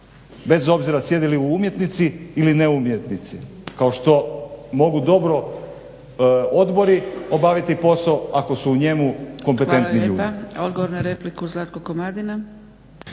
bez obzira sjedili umjetnici ili ne umjetnici kao što mogu dobro odbori obaviti posao ako su u njemu kompetentni ljudi.